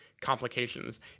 complications